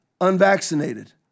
unvaccinated